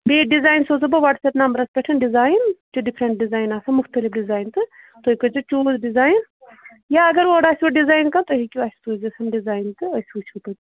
بیٚیہِ ڈِزایِن سوزہو بہٕ واٹس ایپ نمبرَس پٮ۪ٹھ ڈِزایِن چھُ ڈِفرَنٹ ڈِزایِن آسان مُختلِف ڈِزایِن تہٕ تُہۍ کٔرۍزیٚو چوٗز ڈِزایِن یا اگر اورٕ آسوٕ ڈِزایِن کانٛہہ تُہۍ ہیٚکِو اَسہِ سوٗزِتھ یِم ڈِزایِن تہٕ أسۍ وُچھو تِم